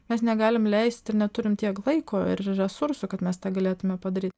mes negalim leisti ir neturim tiek laiko ir resursų kad mes tą galėtume padaryt